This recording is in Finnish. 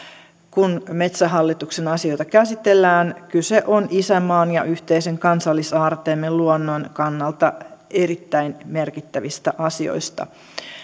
kun metsähallituksen asioita käsitellään kyse on isänmaan ja yhteisen kansallisaarteemme luonnon kannalta erittäin merkittävistä asioista